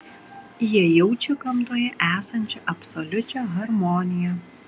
jie jaučia gamtoje esančią absoliučią harmoniją